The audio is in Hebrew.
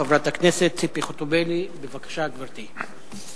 חברת הכנסת ציפי חוטובלי, בבקשה, גברתי.